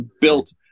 built